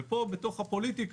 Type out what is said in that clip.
ופה, בתוך הפוליטיקה,